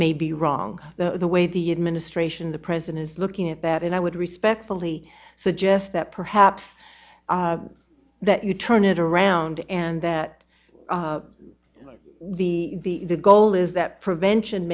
may be wrong the way the administration the president is looking at that and i would respectfully suggest that perhaps that you turn it around and that the the goal is that prevention